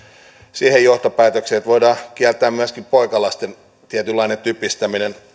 siihen johtopäätökseen että voidaan kieltää myöskin poikalasten tietynlainen typistäminen